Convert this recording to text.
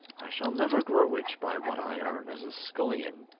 i shall never grow rich by what i earn as a scullion,